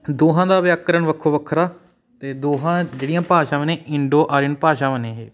ਦੋਹਾਂ ਦਾ ਵਿਆਕਰਨ ਵੱਖੋ ਵੱਖਰਾ ਅਤੇ ਦੋਹਾਂ ਜਿਹੜੀਆਂ ਭਾਸ਼ਾਵਾਂ ਨੇ ਇੰਡੋ ਆਰੀਅਨ ਭਾਸ਼ਾਵਾਂ ਨੇ ਇਹ